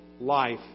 life